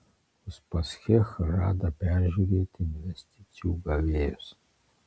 uspaskich žada peržiūrėti investicijų gavėjus